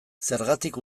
zergatik